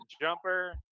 Jumper